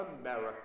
America